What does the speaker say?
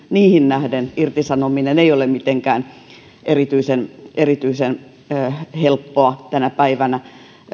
niihin nähden irtisanominen ei ole mitenkään erityisen erityisen helppoa tänä päivänä